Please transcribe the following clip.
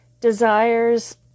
desires